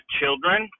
children